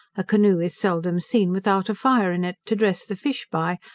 a canoe is seldom seen without a fire in it, to dress the fish by,